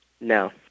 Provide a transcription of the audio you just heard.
No